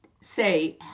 say